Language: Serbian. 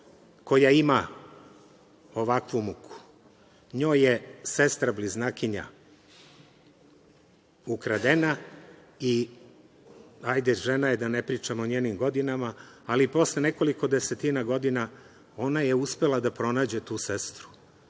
koja ima ovakvu muku. Njoj je sestra bliznakinja ukradena, hajde žena je, da ne pričamo o njenim godinama, ali posle nekoliko desetina godina ona je uspela da pronađe tu sestru.